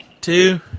Two